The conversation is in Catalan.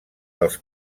dels